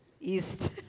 East